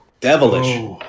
Devilish